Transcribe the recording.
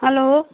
hello